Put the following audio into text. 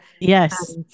Yes